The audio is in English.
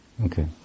Okay